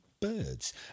birds